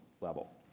level